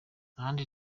ahandi